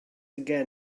again